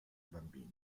bambini